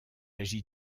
agi